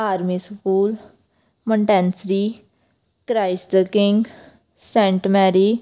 army school Montessori Christ the King Saint Mary